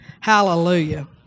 Hallelujah